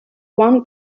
one